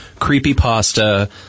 creepypasta